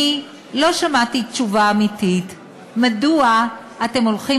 אני לא שמעתי תשובה אמיתית מדוע אתם הולכים